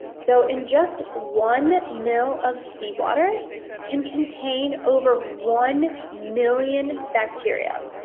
so in just one mil of seawater can contain over one million bacteria.